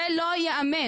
זה לא ייאמן.